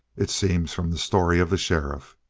it seems from the story of the sheriff.